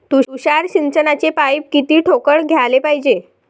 तुषार सिंचनाचे पाइप किती ठोकळ घ्याले पायजे?